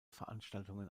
veranstaltungen